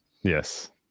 Yes